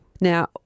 now